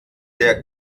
der